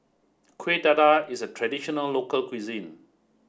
Kueh Dadar is a traditional local cuisine